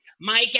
Mike